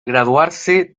graduarse